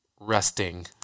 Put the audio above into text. resting